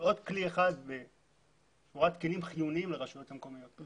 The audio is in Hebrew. עוד כלי בשורת כלים חיוניים לרשויות המקומיות.